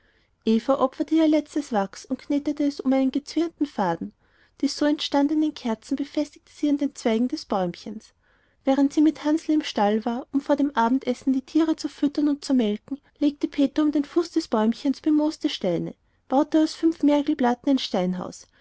opferte ihr letztes wachs und knetete es um gezwirbelte fäden die so entstandenen kerzchen befestigte sie an den zweigen des bäumchens während sie mit hansl im stall war um vor dem abendessen die tiere zu füttern und zu melken legte peter um den fuß des bäumchens bemooste steine baute aus fünf mergelplatten ein steinhaus